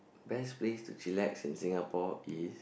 best place to chillax in Singapore is